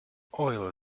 oil